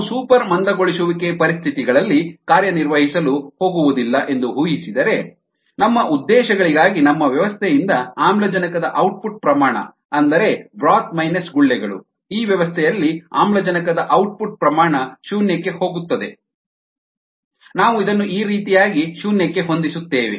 ನಾವು ಸೂಪರ್ ಮಂದಗೊಳಿಸುವಿಕೆ ಪರಿಸ್ಥಿತಿಗಳಲ್ಲಿ ಕಾರ್ಯನಿರ್ವಹಿಸಲು ಹೋಗುವುದಿಲ್ಲ ಎಂದು ಊಹಿಸಿದರೆ ನಮ್ಮ ಉದ್ದೇಶಗಳಿಗಾಗಿ ನಮ್ಮ ವ್ಯವಸ್ಥೆಯಿಂದ ಆಮ್ಲಜನಕದ ಔಟ್ಪುಟ್ ಪ್ರಮಾಣ ಅಂದರೆ ಬ್ರೋತ್ ಮೈನಸ್ ಗುಳ್ಳೆಗಳು ಈ ವ್ಯವಸ್ಥೆಯಲ್ಲಿ ಆಮ್ಲಜನಕದ ಔಟ್ಪುಟ್ ಪ್ರಮಾಣ ಶೂನ್ಯಕ್ಕೆ ಹೋಗುತ್ತದೆ ನಾವು ಇದನ್ನು ಈ ರೀತಿಯಾಗಿ ಶೂನ್ಯಕ್ಕೆ ಹೊಂದಿಸುತ್ತೇವೆ